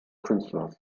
künstlers